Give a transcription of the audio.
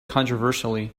controversially